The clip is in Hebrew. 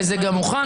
וזה גם מוכן,